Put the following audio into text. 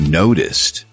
noticed